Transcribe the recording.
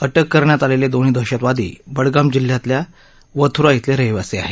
अटक करण्यात आलेले दोन्ही दहशतवादी बडगाम जिल्ह्यातल्या वथूरा इथले रहिवासी आहेत